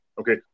Okay